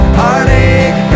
heartache